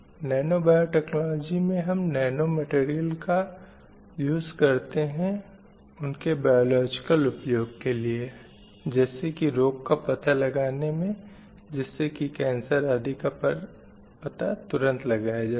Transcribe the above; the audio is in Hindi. नैनो बायोटेक्नॉलजी में हम नैनो मटीरीयल का उसे करते हैं उनके बायोलोजिकल उपयोग के लिए जैसे की रोग का पता लगाने में जिससे की कैन्सर आदि का तुरंत पता लगाया जा सके